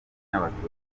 n’abatutsi